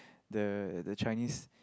the the Chinese